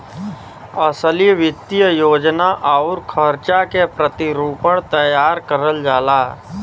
असली वित्तीय योजना आउर खर्चा के प्रतिरूपण तैयार करल जाला